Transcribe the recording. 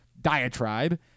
diatribe